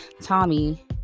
tommy